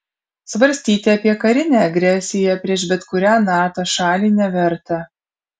svarstyti apie karinę agresiją prieš bet kurią nato šalį neverta